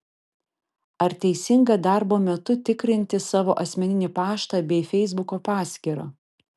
ar teisinga darbo metu tikrinti savo asmeninį paštą bei feisbuko paskyrą